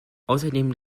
außerdem